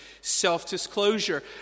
self-disclosure